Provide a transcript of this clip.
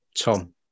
Tom